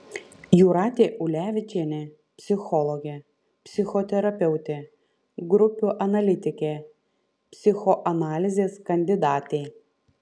jūratė ulevičienė psichologė psichoterapeutė grupių analitikė psichoanalizės kandidatė